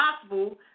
possible